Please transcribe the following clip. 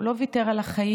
הוא לא ויתר על החיים.